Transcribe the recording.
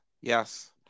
yes